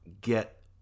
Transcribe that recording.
get